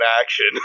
action